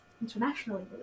internationally